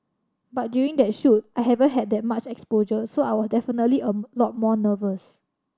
but during that shoot I haven't had that much exposure so I was definitely a lot more nervous